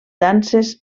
danses